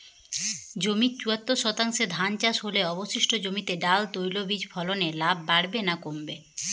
জমির চুয়াত্তর শতাংশে ধান চাষ হলে অবশিষ্ট জমিতে ডাল তৈল বীজ ফলনে লাভ বাড়বে না কমবে?